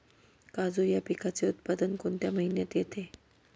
काजू या पिकाचे उत्पादन कोणत्या महिन्यात येते?